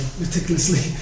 meticulously